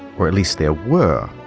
or at least there were.